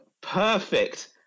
perfect